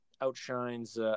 outshines